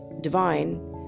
divine